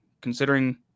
considering